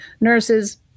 nurses